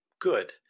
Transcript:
Good